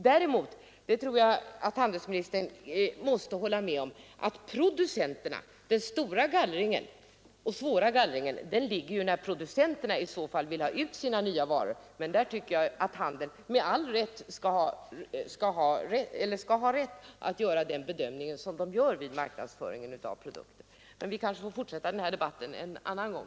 Däremot tror jag att handelsministern måste hålla med om att den stora och svåra gallringen sker när producenterna vill ha ut nya varor på marknaden. Där tycker jag emellertid att handeln skall ha rätt att göra den bedömning som man gör vid marknadsföringen av produkter. Men vi kanske får fortsätta den här debatten en annan gång.